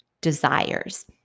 desires